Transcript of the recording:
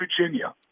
Virginia